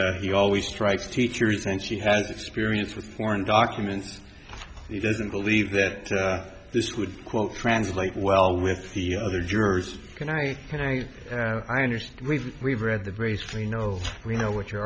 that he always strikes teachers and she has experience with foreign documents he doesn't believe that this would quote translate well with the other jurors can i can i i understand we've we've read the brace for you know we know what your